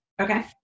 Okay